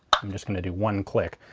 i'm just going to do one click.